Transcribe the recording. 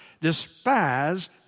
Despise